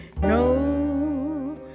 no